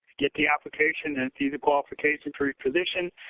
get the application, and see the qualification for each position.